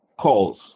calls